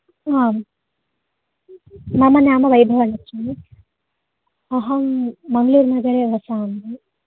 आम् मम नाम वैभवलक्ष्मी अहं मङ्गलूर् नगरे वसामि